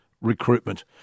recruitment